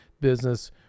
business